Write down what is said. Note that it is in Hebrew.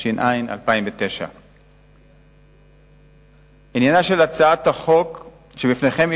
התש"ע 2009. עניינה של הצעת החוק שלפניכם הוא